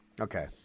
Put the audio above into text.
Okay